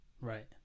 Right